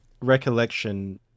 recollection